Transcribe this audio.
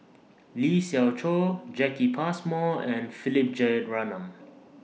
Lee Siew Choh Jacki Passmore and Philip Jeyaretnam